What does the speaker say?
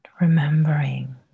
Remembering